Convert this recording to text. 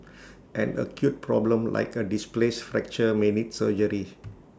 an acute problem like A displaced fracture may need surgery